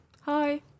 Hi